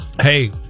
hey